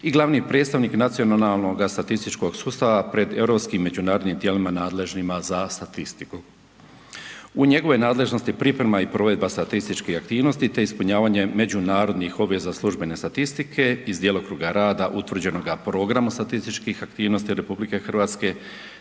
i glavni predstavnik nacionalnoga statističkog sustava pred europskim međunarodnim tijelima nadležnima za statistiku. U njegovoj nadležnosti je priprema i provedba statističkih aktivnosti te ispunjavanje međunarodnih obveza službene statistike iz djelokruga rada utvrđenoga programom statističkih aktivnosti RH te